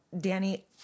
Danny